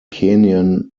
kenyan